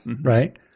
right